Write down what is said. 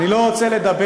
אני לא רוצה לדבר